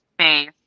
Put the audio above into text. space